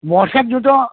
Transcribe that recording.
বর্ষার জুতো